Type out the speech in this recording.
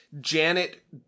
Janet